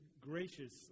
gracious